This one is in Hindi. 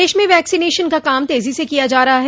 प्रदेश में वैक्सीनेशन का काम तेजी से किया जा रहा है